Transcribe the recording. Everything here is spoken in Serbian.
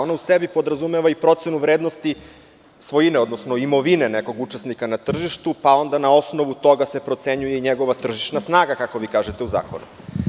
Ona u sebi podrazumeva i procenu vrednosti svojine, odnosno imovine nekog učesnika na tržištu, pa onda na osnovu toga se procenjuje i njegova tržišna snaga, kako vi kažete u zakonu.